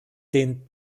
den